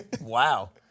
Wow